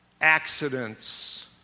accidents